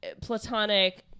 Platonic